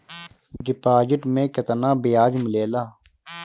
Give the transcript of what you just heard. Deposit मे केतना बयाज मिलेला?